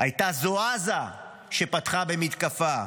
הייתה זו עזה שפתחה במתקפה.